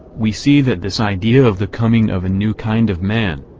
we see that this idea of the coming of a new kind of man,